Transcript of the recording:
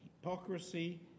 hypocrisy